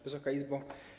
Wysoka Izbo!